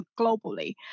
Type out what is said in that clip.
globally